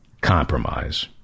compromise